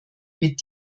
mit